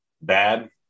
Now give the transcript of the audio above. bad